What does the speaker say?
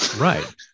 Right